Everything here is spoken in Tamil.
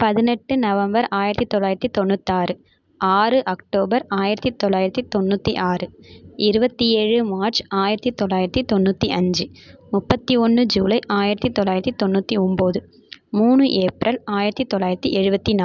பதினெட்டு நவம்பர் ஆயிரத்து தொள்ளாயிரத்து தொண்ணூத்தாறு ஆறு அக்டோபர் ஆயிரத்து தொள்ளாயிரத்து தொண்ணூற்றி ஆறு இருவத்தி ஏழு மார்ச் ஆயிரத்து தொள்ளாயிரத்து தொண்ணூற்றி அஞ்சி முப்பத்து ஒன்று ஜூலை ஆயிரத்து தொள்ளாயிரத்து தொண்ணூற்றி ஒம்பது மூணு ஏப்ரல் ஆயிரத்து தொள்ளாயிரத்து எழுபத்தி நா